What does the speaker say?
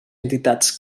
entitats